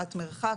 שמירת מרחק,